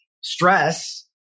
stress